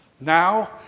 now